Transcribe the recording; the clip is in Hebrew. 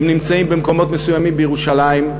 הם נמצאים במקומות מסוימים בירושלים,